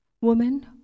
Woman